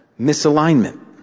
misalignment